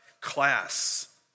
class